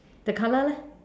the color leh